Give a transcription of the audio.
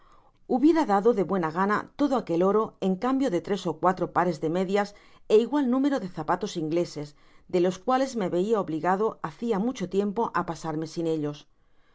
hubiera dado de buena gana todo aquel oro en cambio de tres ó cuatros pares de medias é igual número de zapatos ingleses de los cuales me veia obligado hacia mucho tiempo á pasarme sin ellos cogi